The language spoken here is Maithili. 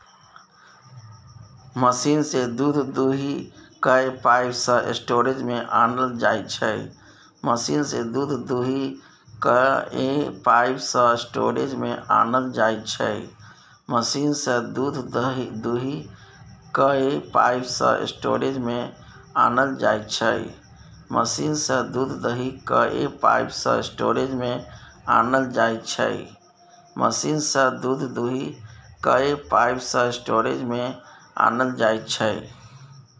मशीन सँ दुध दुहि कए पाइप सँ स्टोरेज मे आनल जाइ छै